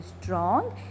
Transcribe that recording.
strong